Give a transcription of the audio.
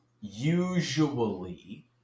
usually